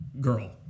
girl